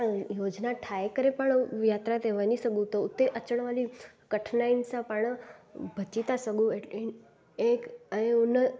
योजना ठाहे करे पाण उहा यात्रा ते वञी सघूं त उते अचण वारी कठिनाइयुनि सां पाण बची था सघूं ऐं ऐं उन